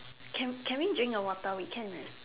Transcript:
can can we drink the water we can right